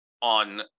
on